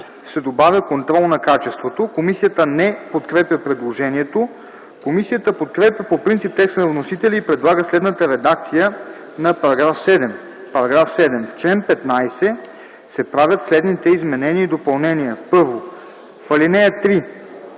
се добавя „контрол на качеството”. Комисията не подкрепя предложението. Комисията подкрепя по принцип текста на вносителя и предлага следната редакция на § 7: „§ 7. В чл. 15 се правят следните изменения и допълнения: 1. В ал. 3: